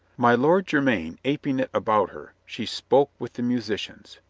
my lord jermyn aping it about her, she spoke with the musicians.